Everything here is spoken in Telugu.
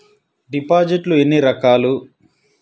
డిపాజిట్లు ఎన్ని రకాలు?